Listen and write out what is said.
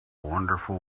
wonderful